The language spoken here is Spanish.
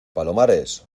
palomares